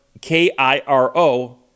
K-I-R-O